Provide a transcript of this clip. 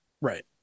Right